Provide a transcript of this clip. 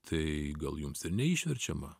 tai gal jums ir neišverčiama